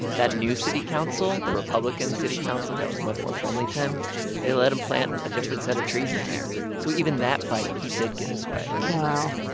that new city council the republican city council that was much more friendly to him they let him plant a different set of trees in there. so even that fight, he did get his way wow.